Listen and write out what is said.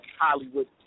Hollywood